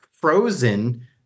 frozen